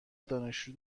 دانشجو